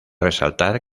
resaltar